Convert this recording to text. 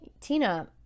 tina